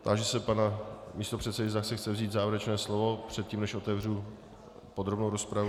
Táži se pana místopředsedy, zda si chce vzít závěrečné slovo předtím, než otevřu podrobnou rozpravu.